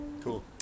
Cool